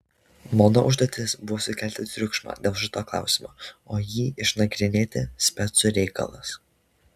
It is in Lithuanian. mano užduotis buvo sukelti triukšmą dėl šito klausimo o jį išnagrinėti specų reikalas